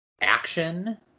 Action